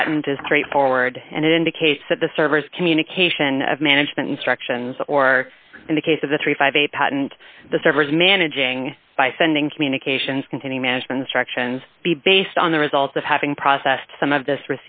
patent is straightforward and it indicates that the servers communication of management instructions or in the case of the thirty five a patent the servers managing by sending communications containing management instructions be based on the results of having processed some of this